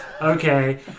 Okay